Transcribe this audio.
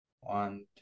one